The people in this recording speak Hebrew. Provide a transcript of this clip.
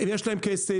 יש להם כסף,